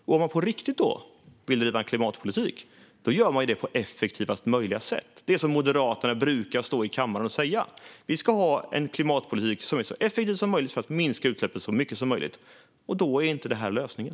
Om man på riktigt vill driva klimatpolitik gör man det på effektivast möjliga sätt, det vill säga det som Moderaterna brukar säga i kammaren; vi ska ha en klimatpolitik som är så effektiv som möjligt för att minska utsläppen så mycket som möjligt. Då är inte detta lösningen.